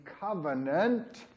covenant